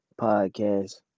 Podcast